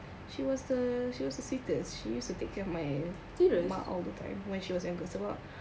she was she was the sitters she used to take care of my children all the time when she was about